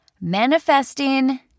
manifesting